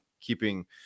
keeping